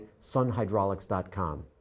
sunhydraulics.com